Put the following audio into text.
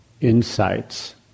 insights